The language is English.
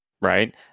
right